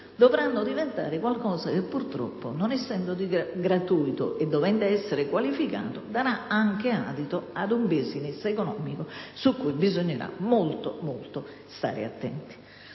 dovranno diventare qualcosa che, non essendo purtroppo gratuiti e dovendo essere qualificati, darà anche adito ad un *business* economico su cui bisognerà stare molto attenti.